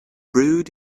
brewed